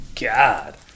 God